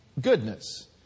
goodness